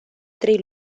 trei